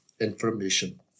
information